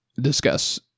discuss